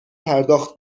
پرداخت